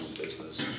business